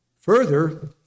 Further